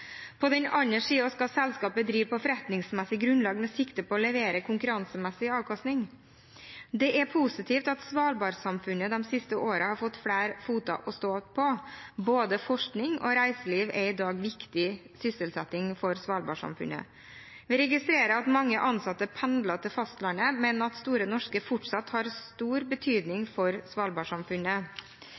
På den andre siden skal selskapet drive på forretningsmessig grunnlag med sikte på å levere konkurransemessig avkastning. Det er positivt at svalbardsamfunnet de siste årene har fått flere ben å stå på. Både forskning og reiseliv er i dag viktig sysselsetting for svalbardsamfunnet. Vi registrerer at mange ansatte pendler til fastlandet, men at Store Norske fortsatt har stor betydning for svalbardsamfunnet.